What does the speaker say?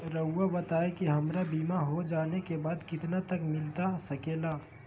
रहुआ बताइए कि हमारा बीमा हो जाने के बाद कितना तक मिलता सके ला?